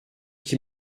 qui